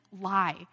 lie